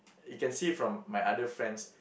you can see from my other friends